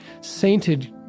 sainted